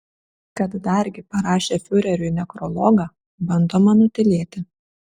kad dargi parašė fiureriui nekrologą bandoma nutylėti